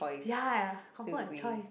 ya confirm have choice